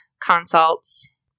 consults